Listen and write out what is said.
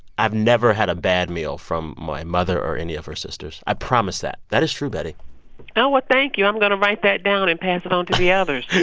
i've never had a bad meal from my mother or any of her sisters. i promise that. that is true, betty oh, well, thank you. i'm going to write that down and pass it on to the others